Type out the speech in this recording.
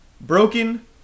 Broken